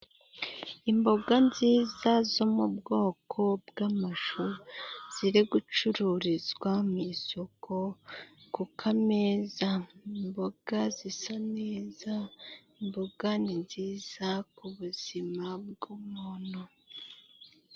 Imboga nziza zo mu bwoko bw'amashu ziri gucururizwa mu isoko ku kameza imboga zisa neza imboga ni nziza k'ubuzima bw'umuntu.